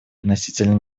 относительно